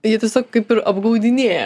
jie tiesiog kaip ir apgaudinėja